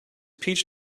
peach